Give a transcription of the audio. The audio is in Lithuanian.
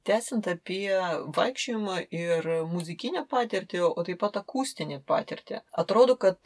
tęsiant apie vaikščiojimą ir muzikinę patirtį o taip pat akustinę patirtį atrodo kad